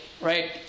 right